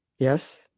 Yes